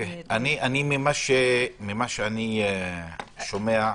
ממה שאני שומע,